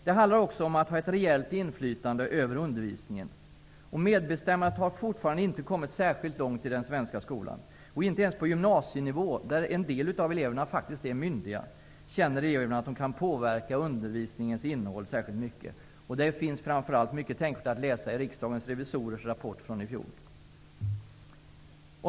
Det handlar också om att man skall ha ett reellt inflytande över undervisningen. Man har fortfarande inte kommit särskilt långt i medbestämmandet i den svenska skolan. Inte ens på gymnasienivå, där en del av eleverna faktiskt är myndiga, känner eleverna att de kan påverka undervisningens innehåll särskilt mycket. Det finns framför allt mycket tänkvärt att läsa i rapporten från riksdagens revisorer från förra året.